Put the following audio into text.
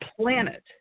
planet